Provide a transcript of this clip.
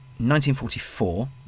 1944